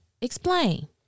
Explain